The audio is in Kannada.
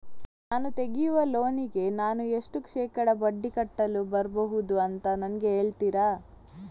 ನಾನು ತೆಗಿಯುವ ಲೋನಿಗೆ ನಾನು ಎಷ್ಟು ಶೇಕಡಾ ಬಡ್ಡಿ ಕಟ್ಟಲು ಬರ್ಬಹುದು ಅಂತ ನನಗೆ ಹೇಳ್ತೀರಾ?